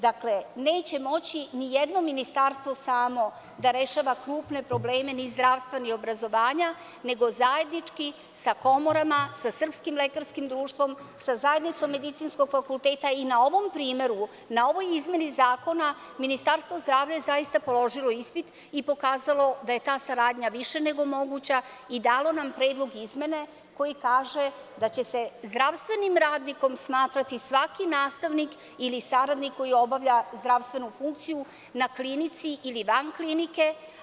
Dakle, neće moći ni jedno ministarstvo samo da rešava krupne probleme ni zdravstva ni obrazovanja, nego zajednički sa komorama, sa Srpskim lekarskim društvom, sa zajednicom medicinskog fakulteta i na ovom primeru, na ovoj izmeni zakona, Ministarstvo zdravlja je zaista položilo ispit i pokazalo da je ta saradnja više nego moguća i dalo nam predlog izmene koji kaže da će se zdravstvenim radnikom smatrati svaki nastavnik ili saradnik koji obavlja zdravstvenu funkciju na klinici ili van klinike.